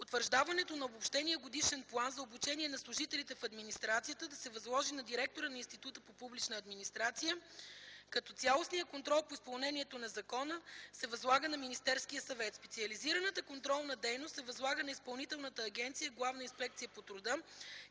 утвърждаването на обобщения годишен план за обучение на служителите в администрацията да се възложи на директора на Института по публична администрация, като цялостният контрол по изпълнението на закона се възлага на Министерския съвет. Специализираната контролна дейност се възлага на Изпълнителната агенция „Главна инспекция по труда”,